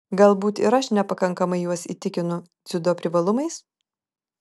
galbūt ir aš nepakankamai juos įtikinu dziudo privalumais